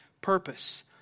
purpose